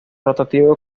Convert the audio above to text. rotativo